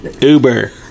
Uber